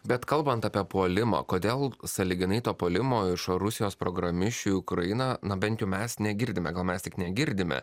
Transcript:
bet kalbant apie puolimą kodėl sąlyginai to puolimo iš rusijos programišių į ukrainą na bent mes negirdime gal mes tik negirdime